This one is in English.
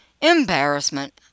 Embarrassment